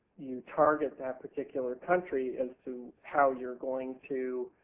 you target that particular country as to how youire going to